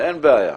אין בעיה.